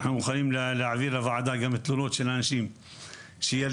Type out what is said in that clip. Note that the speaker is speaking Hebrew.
אנחנו מוכנים להעביר לוועדה תלונות של אנשים שילדיהם